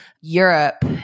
Europe